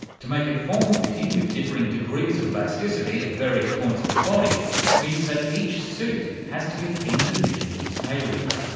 to make it form fitting with differing degrees of elasticity at various points of the body means that each suit has to be individually tailored.